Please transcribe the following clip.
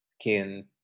Skin